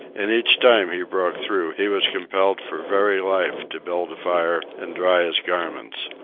and each time he broke through he was compelled for very life to build a fire and dry his garments.